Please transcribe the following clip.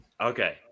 Okay